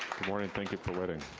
morning, thank you for waiting.